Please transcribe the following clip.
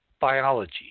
biology